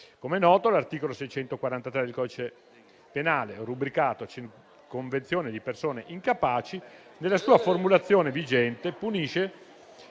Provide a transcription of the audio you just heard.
Com'è noto, l'articolo 643 del codice penale, rubricato «Circonvenzione di persone incapaci», nella sua formulazione vigente punisce